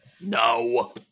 No